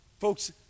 Folks